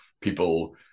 people